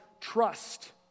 trust